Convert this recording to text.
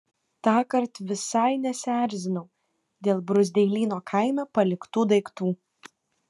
tąkart visai nesierzinau dėl bruzdeilyno kaime paliktų daiktų